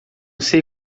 sei